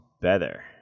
better